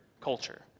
culture